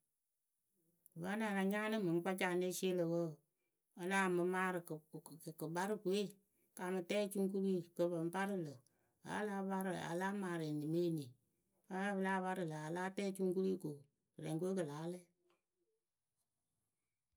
Vǝ́ nɨŋ a la nyaanɨ mɨŋ kpacaa ne sie lǝ̈ wǝǝ a la yaa mɨ maarɨ kǝ-kǝ-kǝ-kǝkparɨkǝ we ka mɨ tɛ ocuŋkului kɨ pɨŋ parɨ lǝ̈ aa láa parɨ a láa maarɨ eni mɨ eni wǝ́ a pɨ láa parɨ lǝ̈ a láa tɛ ocuŋkului ko kɨrɛŋkǝ we kɨ láa lɛ.